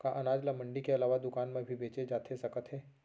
का अनाज ल मंडी के अलावा दुकान म भी बेचे जाथे सकत हे?